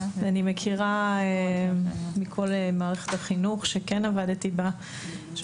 אני מכירה מכל מערכת החינוך שכן עבדתי בה.